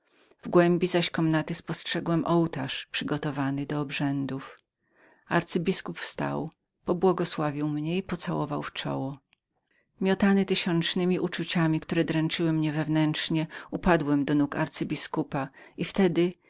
w głębi zaś komnaty spostrzegłem ołtarz przygotowany do obrzędów arcybiskup wstał pobłogosławił mnie i pocałował w czoło miotany tysiącznewitysiącznemi uczuciami które dręczyły mnie wewnętrznie upadłem do nóg arcybiskupa i wtedy